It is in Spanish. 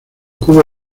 cubo